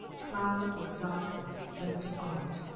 clouds and darkness rest upon it.